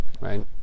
right